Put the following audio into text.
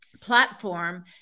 platform